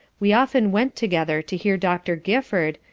we often went together to hear dr. gifford,